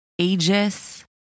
ages